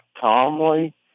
calmly